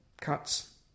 cuts